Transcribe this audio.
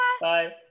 Bye